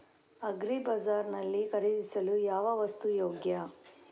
Agri bazaar ನಲ್ಲಿ ಖರೀದಿಸಲು ಯಾವ ವಸ್ತು ಯೋಗ್ಯ?